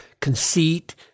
conceit